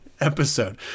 episode